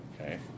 Okay